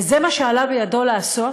וזה מה שעלה בידו לעשות